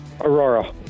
aurora